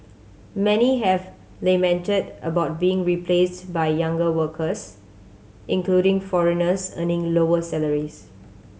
many have lamented about being replaced by younger workers including foreigners earning lower salaries